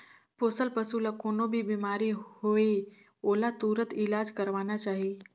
पोसल पसु ल कोनों भी बेमारी होये ओला तुरत इलाज करवाना चाही